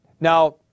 Now